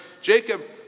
Jacob